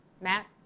Matt